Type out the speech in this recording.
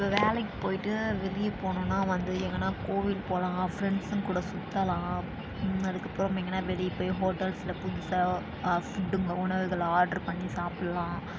இப்போ வேலைக்கு போய்விட்டு வெளியே போனோன்னால் வந்து எங்கேனா கோவில் போகலாம் ஃப்ரெண்ட்ஸ்ஸுங்க கூட சுற்றலாம் அதுக்கு அப்புறம் எங்கேனா வெளியே போய் ஹோட்டல்ஸ்சில் புதுசாக ஃபுட்டுகள் உணவுகளை ஆர்ட்ரு பண்ணி சாப்பிட்லாம்